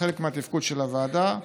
חלק מתפקוד הוועדה.